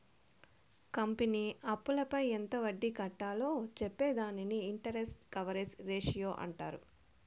company అప్పులపై ఎంత వడ్డీ కట్టాలో చెప్పే దానిని ఇంటరెస్ట్ కవరేజ్ రేషియో అంటారు